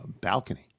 balcony